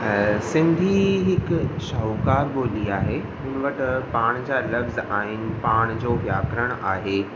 सिंधी हिकु शाहूकारु ॿोली आहे हुन वटि पाण जा लफ़्ज़ आहिनि पाण जो व्याकरण आहे